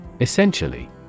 Essentially